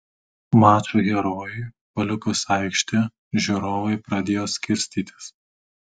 mačo herojui palikus aikštę žiūrovai pradėjo skirstytis